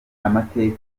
amateka